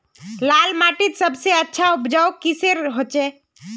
लाल माटित सबसे अच्छा उपजाऊ किसेर होचए?